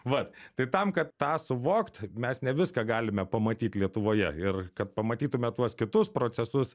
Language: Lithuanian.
vat tai tam kad tą suvokt mes ne viską galime pamatyt lietuvoje ir kad pamatytume tuos kitus procesus